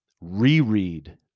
Reread